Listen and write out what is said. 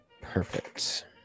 Perfect